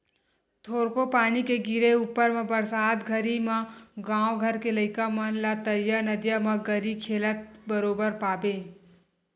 थोरको पानी के गिरे ऊपर म बरसात घरी म गाँव घर के लइका मन ला तरिया नदिया म गरी खेलत बरोबर पाबे